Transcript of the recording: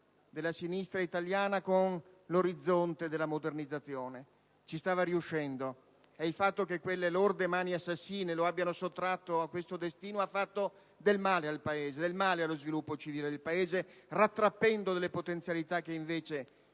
della sinistra italiana con l'orizzonte della modernizzazione. Ci stava riuscendo e il fatto che quelle lorde mani assassine lo abbiano sottratto a questo destino ha fatto del male al Paese e al suo sviluppo civile, rattrappendo delle potenzialità che invece